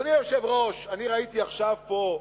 אדוני היושב-ראש, אני ראיתי עכשיו פה,